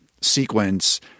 sequence